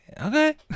okay